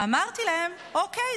אמרתי להם: אוקיי,